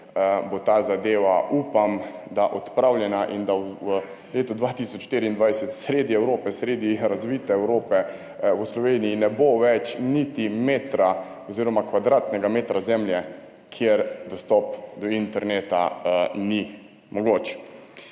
bo ta zadeva odpravljena in da v letu 2024 sredi razvite Evrope v Sloveniji ne bo več niti metra oziroma kvadratnega metra zemlje, kjer dostop do interneta ni mogoč.